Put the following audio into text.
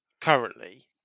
currently